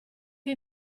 che